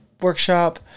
workshop